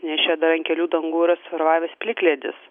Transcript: nes čia dar ant kelių dangų yra susiformavęs plikledis